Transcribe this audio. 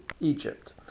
Egypt